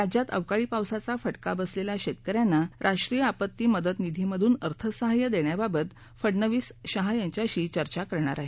राज्यात अवकाळी पावसाचा फटका बसलेल्या शेतक यांना राष्ट्रीय आपत्ती मदत निधीमधून अर्थसहाय्य देण्याबाबत फडणवीस शहा यांच्याशी चर्चा करणार आहेत